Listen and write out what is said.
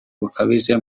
bukabije